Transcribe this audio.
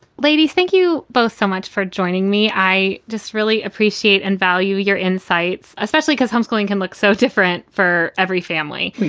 ladies, thank you both so much for joining me. i just really appreciate and value your insights, especially because homeschooling can look so different for every family.